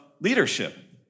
leadership